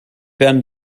werden